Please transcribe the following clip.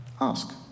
Ask